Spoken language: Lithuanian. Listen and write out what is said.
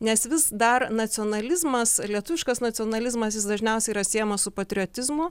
nes vis dar nacionalizmas lietuviškas nacionalizmas jis dažniausiai yra siejamas su patriotizmu